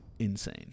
Insane